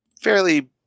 fairly